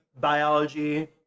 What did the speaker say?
biology